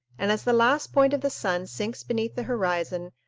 and as the last point of the sun sinks beneath the horizon,